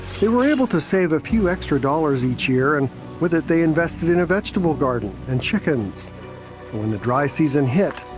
were able to save a few extra dollars each year, and with that they invested in a vegetable garden and chickens. but when the dry season hit,